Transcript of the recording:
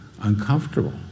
uncomfortable